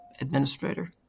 administrator